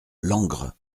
langres